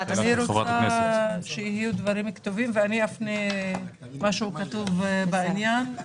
רוצה שיהיו דברים כתובים ואני אפנה משהו כתוב בעניין.